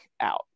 out